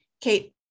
Kate